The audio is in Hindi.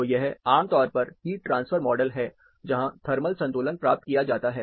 तो यह आमतौर पर एक हीट ट्रांसफर मॉडल है जहां थर्मल संतुलन प्राप्त किया जाता है